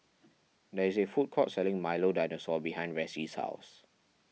there is a food court selling Milo Dinosaur behind Ressie's house